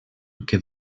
que